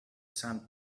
sand